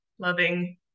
loving